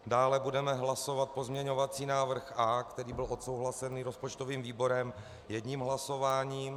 Dále budeme hlasovat pozměňovací návrh A, který byl odsouhlasený rozpočtovým výborem, jedním hlasováním.